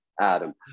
Adam